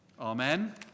Amen